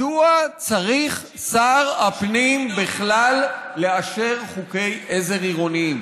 מדוע צריך שר הפנים בכלל, לאשר חוקי עזר עירוניים?